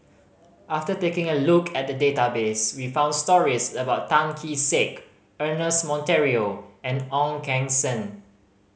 after taking a look at the database we found stories about Tan Kee Sek Ernest Monteiro and Ong Keng Sen